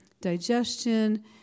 digestion